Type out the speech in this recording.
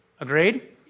Agreed